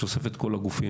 שאוסף את כל הגופים.